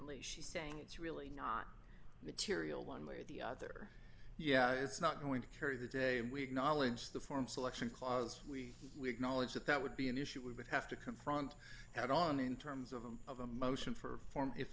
significantly she's saying it's really not material one way or the other yeah it's not going to carry the day and we acknowledge the form selection cause we we acknowledge that that would be an issue we would have to confront head on in terms of a of a motion for form if